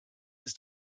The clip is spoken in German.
ist